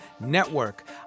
Network